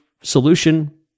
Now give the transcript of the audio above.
solution